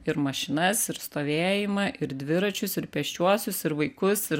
ir mašinas ir stovėjimą ir dviračius ir pėsčiuosius ir vaikus ir